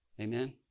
Amen